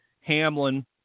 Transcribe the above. Hamlin